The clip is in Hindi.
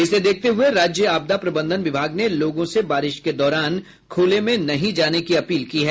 इसे देखते हये राज्य आपदा प्रबंधन विभाग ने लोगों से बारिश के दौरान खुले में नहीं जाने की अपील की है